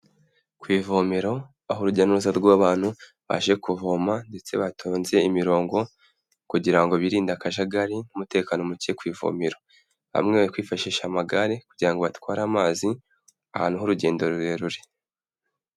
Ku ivomero aho urujya n'uruza rw'abantu baje kuvoma ndetse batonze imirongo kugira ngo birinde akajagari n'umutekano muke ku ivomero. Bamwe bari kwifashisha amagare kugira ngo batware amazi ahantu h'urugendo rurerure.